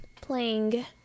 playing